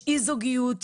יש אי זוגיות,